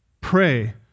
Pray